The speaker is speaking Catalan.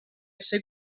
ser